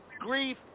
Grief